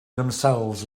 themselves